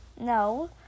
No